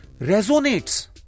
Resonates